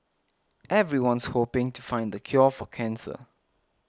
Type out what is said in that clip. everyone's hoping to find the cure for cancer